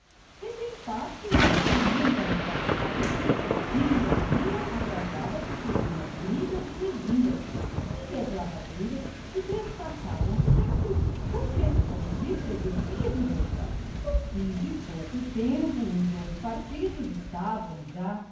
estalagens rebentasse uma tremenda rivalidade dia a dia agravada por pequenas brigas e rezingas em que as lavadeiras se destacavam sempre com questões de freguesia de roupa no fim de pouco tempo os dois partidos estavam já